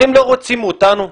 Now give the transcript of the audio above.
אתם לא רוצים אותנו?